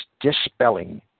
dispelling